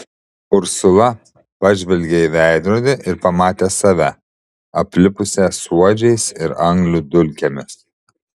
ursula pažvelgė į veidrodį ir pamatė save aplipusią suodžiais ir anglių dulkėmis